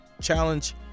challenge